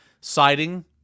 citing